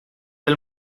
del